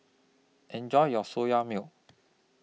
Enjoy your Soya Milk